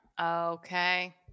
Okay